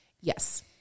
yes